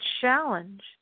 challenge